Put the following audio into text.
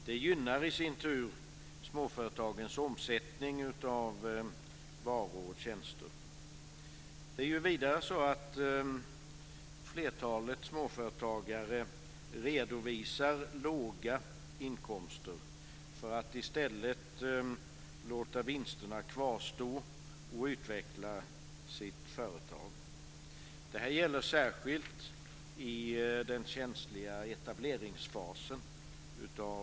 Det gynnar i sin tur småföretagens omsättning av varor och tjänster. Det är vidare så att flertalet småföretagare redovisar låga inkomster för att i stället låta vinsterna kvarstå och utveckla det egna företaget. Det här gäller särskilt i företagets känsliga etableringsfas.